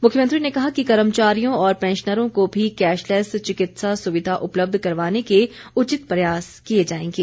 मुख्यमंत्री ने कहा कि कर्मचारियों और पैंशनरों को भी कैशलैस चिकित्सा सुविधा उपलब्ध करवाने के उचित प्रयास किए जाएंगे